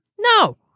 No